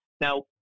Now